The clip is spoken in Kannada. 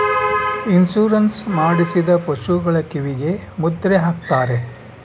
ಇನ್ಸೂರೆನ್ಸ್ ಮಾಡಿಸಿದ ಪಶುಗಳ ಕಿವಿಗೆ ಮುದ್ರೆ ಹಾಕ್ತಾರೆ